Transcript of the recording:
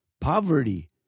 poverty